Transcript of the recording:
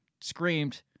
screamed